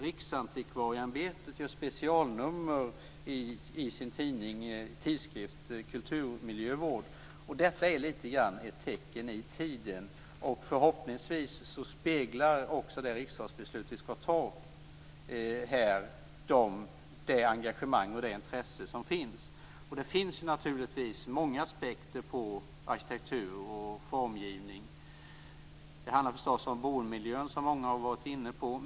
Riksantikvarieämbetet gör specialnummer i sin tidskrift Kulturmiljövård. Det här är litet grand ett tecken i tiden. Förhoppningsvis speglar det beslut som vi skall ta här i riksdagen det engagemang och det intresse som finns. Naturligtvis finns det många aspekter på arkitektur och formgivning. Då handlar det, förstås, om boendemiljön, som många har varit inne på.